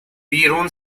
بیرون